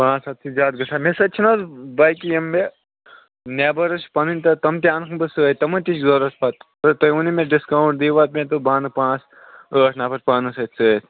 پانٛژھ ہَتھ چھِ زیادٕ گژھان مےٚ سۭتۍ چھِنہٕ حظ باقٕے یِم مےٚ نیبٲرٕز چھِ پَنٕنۍ تہٕ تِم تہِ اَنکھ بہٕ سۭتۍ تِمَن تہِ چھِ ضروٗرت پَتہٕ تہٕ تُہۍ ؤنِو مےٚ ڈِسکاوُنٛٹ دیٖوا مےٚ تہٕ بہٕ اَنہٕ پانٛژھ ٲٹھ نفر پانَس سۭتۍ سۭتۍ